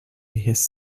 his